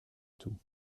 tout